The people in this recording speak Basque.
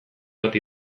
bat